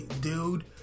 dude